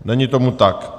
Není tomu tak.